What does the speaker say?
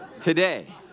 today